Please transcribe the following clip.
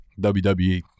WWE